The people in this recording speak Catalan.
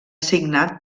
signat